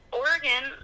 oregon